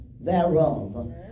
thereof